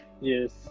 Yes